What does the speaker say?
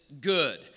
good